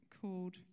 called